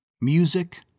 Music